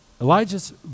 Elijah's